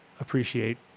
appreciate